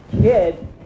kid